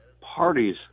parties